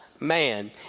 man